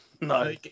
No